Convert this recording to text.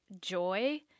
joy